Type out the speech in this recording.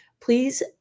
please